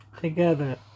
together